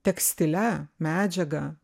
tekstile medžiaga